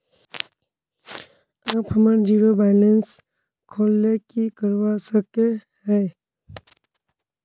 आप हमार zero balance खोल ले की करवा सके है?